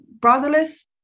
brotherless